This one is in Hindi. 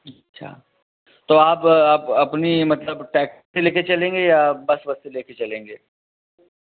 अच्छा तो आप अब अपनी मतलब टैक्सी लेके चलेंगे या बस वस से लेके चलेंगे